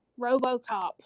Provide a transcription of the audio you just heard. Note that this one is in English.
RoboCop